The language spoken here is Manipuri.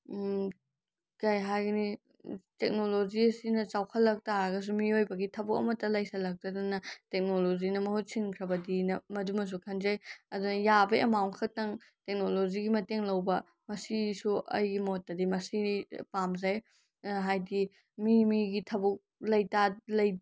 ꯀꯩ ꯍꯥꯏꯒꯅꯤ ꯇꯦꯛꯅꯣꯂꯣꯖꯤ ꯑꯁꯤꯅ ꯆꯥꯎꯈꯠꯂꯛ ꯇꯥꯔꯒꯁꯨ ꯃꯤꯑꯣꯏꯕꯒꯤ ꯊꯕꯛ ꯑꯃꯠꯇ ꯂꯩꯁꯤꯜꯂꯛꯇꯗꯅ ꯇꯦꯛꯅꯣꯂꯣꯖꯤꯅ ꯃꯍꯨꯠ ꯁꯤꯟꯈ꯭ꯔꯕꯗꯤꯅ ꯃꯗꯨꯃꯁꯨ ꯈꯟꯖꯩ ꯑꯗ ꯌꯥꯕ ꯑꯦꯃꯥꯎꯟ ꯈꯛꯇꯪ ꯇꯦꯛꯅꯣꯂꯣꯖꯤꯒꯤ ꯃꯇꯦꯡ ꯂꯧꯕ ꯃꯁꯤꯁꯨ ꯑꯩꯒꯤ ꯃꯣꯠꯇꯗꯤ ꯃꯁꯤ ꯄꯥꯝꯖꯩ ꯍꯥꯏꯗꯤ ꯃꯤ ꯃꯤꯒꯤ ꯊꯕꯛ